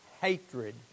hatred